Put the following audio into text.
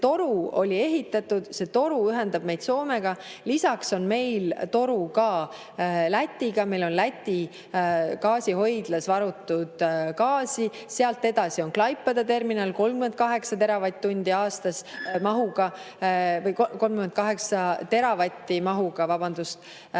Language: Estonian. see toru oli ehitatud, see toru ühendab meid Soomega. Lisaks on meil toru ka Lätiga, meil on Läti gaasihoidlas varutud gaasi, sealt edasi on Klaipeda terminal 38 teravati mahuga. Ja meil